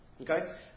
Okay